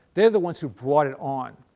they are the ones who brought it on.